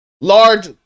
Large